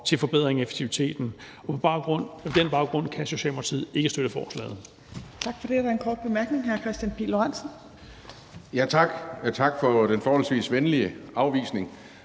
til forbedring af effektiviteten. På den baggrund kan Socialdemokratiet ikke støtte forslaget.